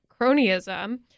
cronyism